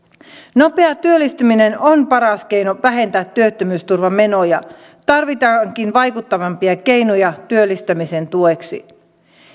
nopea työllistyminen on paras keino vähentää työttömyysturvamenoja tarvitaankin vaikuttavampia keinoja työllistämisen tueksi